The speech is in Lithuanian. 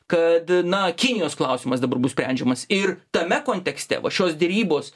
kad na kinijos klausimas dabar bus sprendžiamas ir tame kontekste va šios derybos